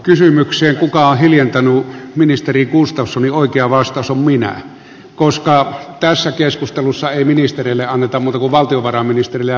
kysymykseen kuka on hiljentänyt ministeri gustafssonin oikea vastaus on minä koska tässä keskustelussa ei ministereille anneta puheenvuoroja muuten kuin valtiovarainministerille ja pääministerille